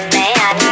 man